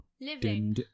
living